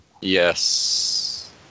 Yes